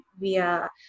via